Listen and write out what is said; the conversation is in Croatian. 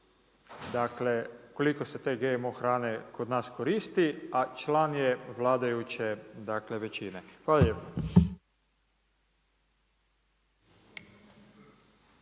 i koliko se te GMO hrane koristi, a član je vladajuće većine? Hvala